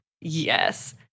Yes